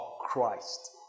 Christ